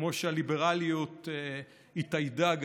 וכמו שהליברליות התאיידה,